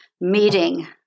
meeting